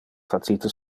facite